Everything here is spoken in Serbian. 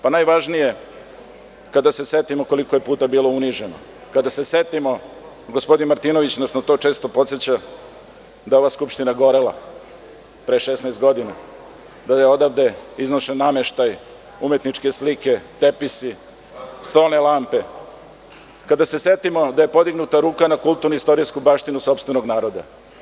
Najvažnije je kada se setimo koliko je puta bilo uniženo, kada se setimo, gospodin Martinović nas često na to podseća da je ova Skupština gorela pre 16 godina, da je odavde iznošen nameštaj, umetničke slike, tepisi, stone lampe, kada se setimo da je podignuta ruka na kulturno-istorijsku baštinu sopstvenog naroda.